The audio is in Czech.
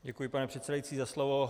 Děkuji, pane předsedající, za slovo.